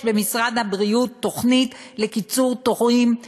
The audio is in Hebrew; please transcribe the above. יש במשרד הבריאות תוכנית לקיצור תורים,